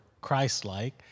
Christ-like